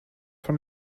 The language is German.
von